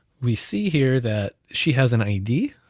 we see here that she has an id,